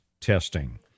testing